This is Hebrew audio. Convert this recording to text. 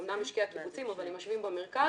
אמנם משקי הקיבוצים אבל הם יושבים במרכז